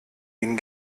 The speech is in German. ihn